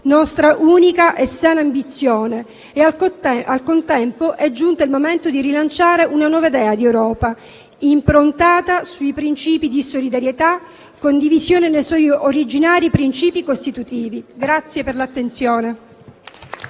nostra unica e sana ambizione. Al contempo, è giunto il momento di rilanciare una nuova idea di Europa, improntata sui principi di solidarietà e condivisione dei suoi originari principi costitutivi. *(Applausi